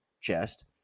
chest